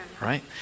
Right